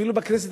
אפילו בכנסת,